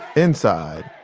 inside,